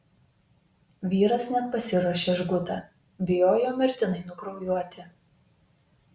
vyras net pasiruošė žgutą bijojo mirtinai nukraujuoti